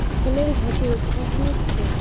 फूलेर घाटी उत्तराखंडत छे